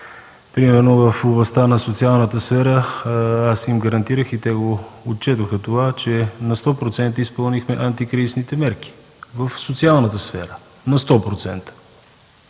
Примерно в областта на социалната сфера аз им гарантирах и те отчетоха това, че на 100% изпълнихме антикризисните мерки в социалната сфера. На 100%!